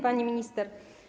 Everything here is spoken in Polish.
Pani Minister!